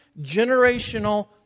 generational